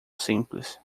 simples